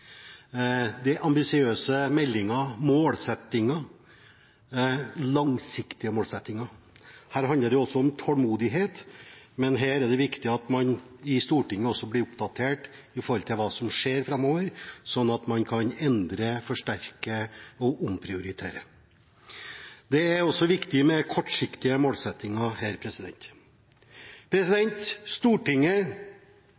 langsiktige målsettinger. Det handler også om tålmodighet, men her er det viktig at man i Stortinget blir oppdatert med hensyn til hva som skjer framover, slik at man kan endre, forsterke og omprioritere. Det er også viktig med kortsiktige målsettinger her. I Stortinget